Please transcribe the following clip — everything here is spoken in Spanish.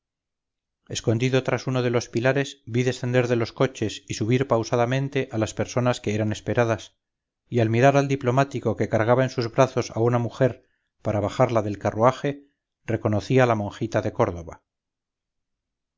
escondido tras uno de los pilares vi descender de los coches y subir pausadamente a las personas que eran esperadas y al mirar al diplomático que cargaba en sus brazos a una mujer para bajarla del carruaje reconocí a la monjita de córdoba